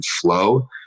flow